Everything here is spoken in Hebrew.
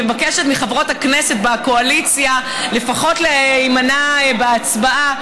אני מבקשת מחברות הכנסת בקואליציה לפחות להימנע בהצבעה.